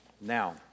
Now